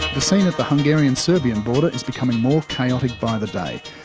the scene at the hungarian serbian border is becoming more chaotic by the day.